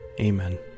Amen